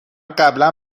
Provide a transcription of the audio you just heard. قبلا